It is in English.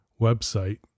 website